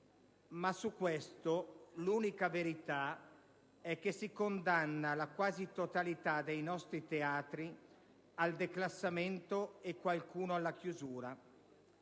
ma l'unica verità è che si condanna la quasi totalità dei nostri teatri al declassamento, e qualcuno alla chiusura.